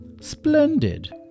Splendid